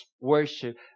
worship